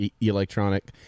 electronic